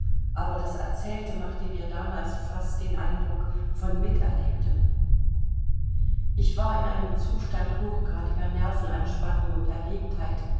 aber das erzählte machte mir damals fast den eindruck von miterlebtem ich war in einem zustand hochgradiger nervenanspannung und erregtheit